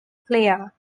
player